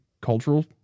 cultural